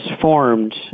formed